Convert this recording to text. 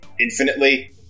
infinitely